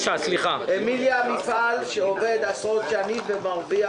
אמיליה הוא מפעל שעובד עשרות שנים ומרוויח.